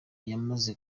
yamaze